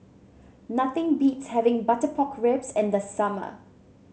nothing beats having Butter Pork Ribs in the summer